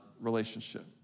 relationship